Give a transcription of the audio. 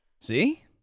See